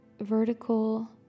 vertical